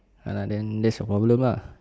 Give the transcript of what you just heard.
uh then that's your problem lah